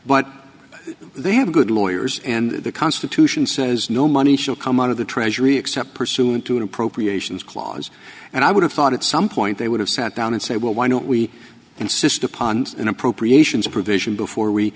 but they have good lawyers and the constitution says no money shall come out of the treasury except pursuing to an appropriations clause and i would have thought at some point they would have sat down and say well why don't we insist upon an appropriations provision before we